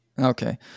okay